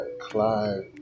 Clive